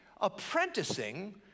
apprenticing